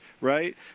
right